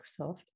Microsoft